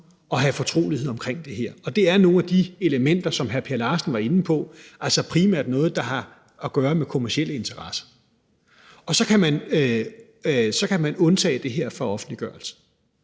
at have fortrolighed omkring det her. Det er nogle af de elementer, som hr. Per Larsen var inde på, altså primært noget, der har at gøre med kommercielle interesser. Og så kan man undtage det her fra offentliggørelse.